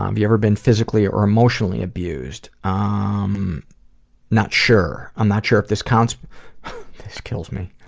um you ever been physically or emotionally abused? ah um not sure. i'm not sure if this counts this kills me,